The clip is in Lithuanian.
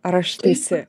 ar aš teisi